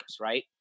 right